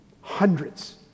Hundreds